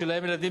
שיש להם ילדים,